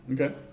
Okay